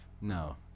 No